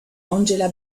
angela